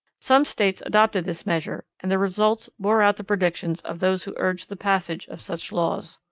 some states adopted this measure and the results bore out the predictions of those who urged the passage of such laws.